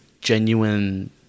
genuine